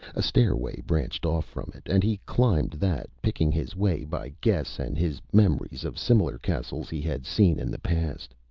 a stairway branched off from it, and he climbed that, picking his way by guess and his memories of similar castles he had seen in the past.